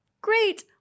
great